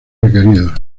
requeridos